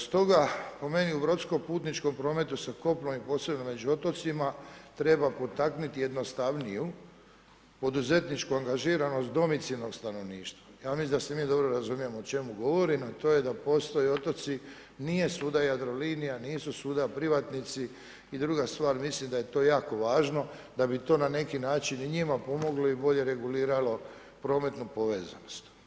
Stoga po meni u brodsko putničkom prometu sa kopnom i posebno među otocima treba potaknuti jednostavniju poduzetničku angažiranost domicilnog stanovništva, ja mislim da se mi dobro razumijemo o čemu govorim, a to je da postoje otoci nije svuda Jadrolinija, nisu svuda privatnici i druga stvar mislim da je to jako važno, da bi to na neki način i njima pomoglo i bolje reguliralo prometnu povezanost.